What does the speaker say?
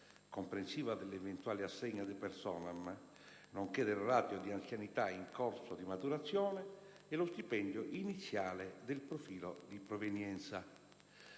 comprensiva dell'eventuale assegno *ad personam* nonché del rateo di anzianità in corso di maturazione e lo stipendio iniziale del profilo di provenienza.